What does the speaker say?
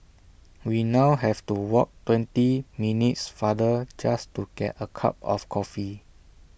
we now have to walk twenty minutes farther just to get A cup of coffee